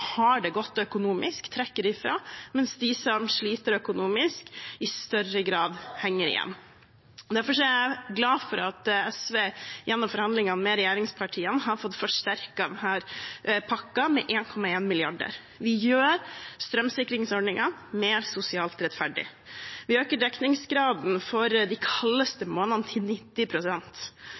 har det godt økonomisk, trekker ifra, mens de som sliter økonomisk, i større grad henger igjen. Derfor er jeg glad for at SV gjennom forhandlingene med regjeringspartiene har fått forsterket denne pakken med 1,1 mrd. kr. Vi gjør strømsikringsordningen mer sosialt rettferdig. Vi øker dekningsgraden for de kaldeste månedene til